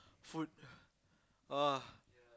food !wah!